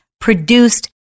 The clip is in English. produced